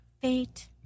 Fate